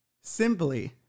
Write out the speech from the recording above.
simply